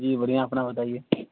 جی بڑھیاں اپنا بتائیے